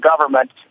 government